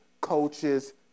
coaches